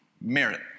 merit